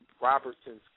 Robertson's